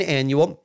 annual